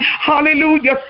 Hallelujah